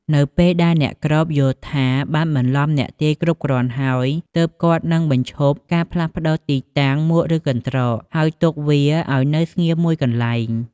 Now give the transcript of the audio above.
នៅពេលដែលអ្នកគ្របយល់ថា បានបន្លំអ្នកទាយគ្រប់គ្រាន់ហើយ ទើបគាត់នឹងបញ្ឈប់ការផ្លាស់ប្ដូរទីតាំងមួកឬកន្ត្រក ហើយទុកវាឱ្យនៅស្ងៀមមួយកន្លែង។